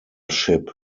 ship